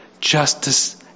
Justice